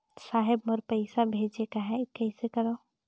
साहेब मोर पइसा भेजेक आहे, कइसे करो?